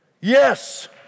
Yes